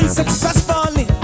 Successfully